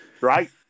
right